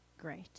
great